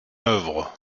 œuvre